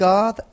God